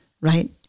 Right